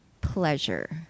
pleasure